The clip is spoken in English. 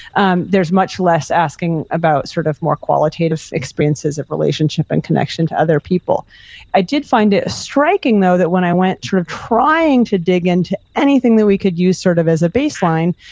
and there's much less asking about sort of more qualitative experiences of relationship and connection to other people i did find it striking though that when i went sort of trying to dig into anything that we could use sort of as a baseline,